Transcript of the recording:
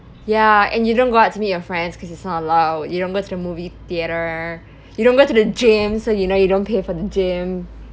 ya and you don't go out to meet your friends because it's not allowed you don't go to the movie theater you don't go to the gym so you know you don't pay for the gym